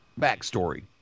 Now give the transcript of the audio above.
Backstory